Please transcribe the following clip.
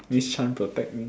miss Chan protect me